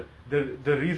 orh